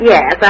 Yes